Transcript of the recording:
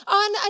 on